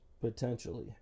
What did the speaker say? potentially